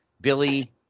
Billy